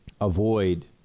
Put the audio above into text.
avoid